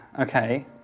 Okay